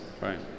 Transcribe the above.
Right